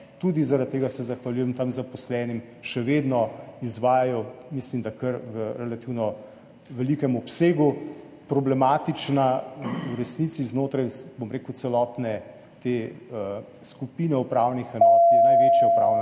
tudi zaradi tega se zahvaljujem tam zaposlenim, še vedno izvajajo, mislim, da v kar relativno velikem obsegu. Problematična v resnici znotraj celotne skupine upravnih enot je največja upravna